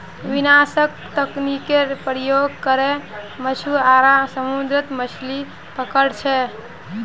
विनाशक तकनीकेर प्रयोग करे मछुआरा समुद्रत मछलि पकड़ छे